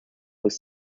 was